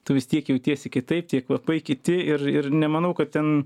tu vis tiek jautiesi kitaip tie kvapai kiti ir ir nemanau kad ten